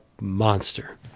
monster